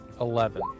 Eleven